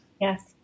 Yes